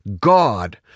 God